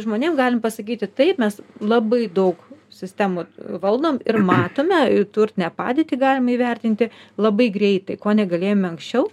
žmonėm galim pasakyti taip mes labai daug sistemų valdom ir matome ir turtinę padėtį galime įvertinti labai greitai ko negalėjome anksčiau